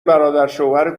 برادرشوهر